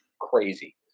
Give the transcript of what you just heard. crazy